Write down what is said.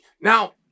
Now